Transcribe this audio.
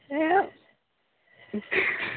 এই